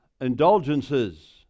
indulgences